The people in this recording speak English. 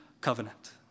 covenant